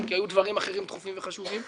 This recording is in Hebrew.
כי היו דברים אחרים דחופים וחשובים,